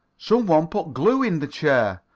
some one put glue in the chair.